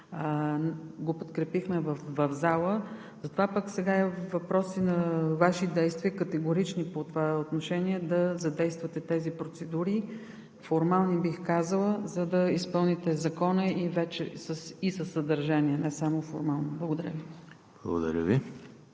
го подкрепихме в залата. Затова пък сега е въпрос и на Ваши действия, категорични в това отношение, да задействате тези процедури, формални, бих казала, за да изпълните Закона и със съдържание, не само формално. Благодаря Ви.